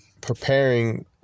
preparing